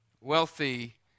wealthy